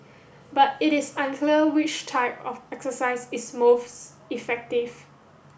but it is unclear which type of exercise is most effective